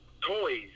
toys